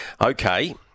Okay